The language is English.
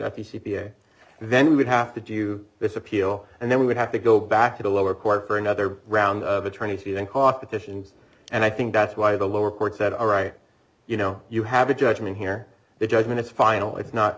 the c p a then we would have to do this appeal and then we would have to go back to the lower court for another round of attorneys who don't cough petitions and i think that's why the lower court said all right you know you have a judgment here the judgment is final it's not